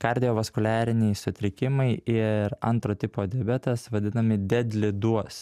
kardiovaskuliariniai sutrikimai ir antro tipo diabetas vadinami dedli duos